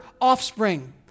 offspring